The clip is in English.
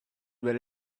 were